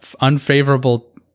unfavorable